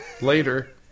later